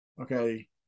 okay